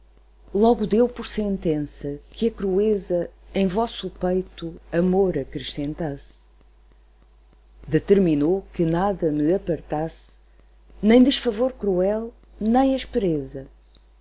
logo deu por sentença que a crueza em vosso peito amor acrescentasse determinou que nada me apartasse nem desfavor cruel nem